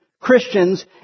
Christians